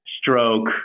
stroke